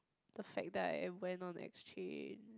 the facts die why not exchange